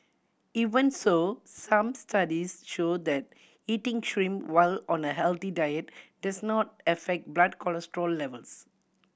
even so some studies show that eating shrimp while on a healthy diet does not affect blood cholesterol levels